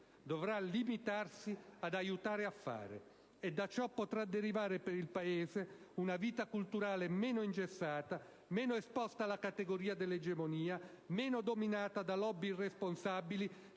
dovrà limitarsi ad aiutare a fare. E da ciò potrà derivare per il Paese una vita culturale meno ingessata, meno esposta alla categoria dell'egemonia, meno dominata da *lobby* irresponsabili